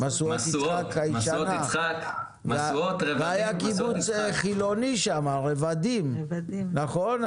היה קיבוץ חילוני שם, רבדים, נכון?